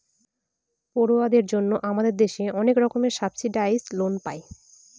পড়ুয়াদের জন্য আমাদের দেশে অনেক রকমের সাবসিডাইসড লোন পায়